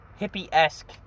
hippie-esque